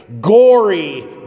gory